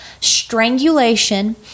strangulation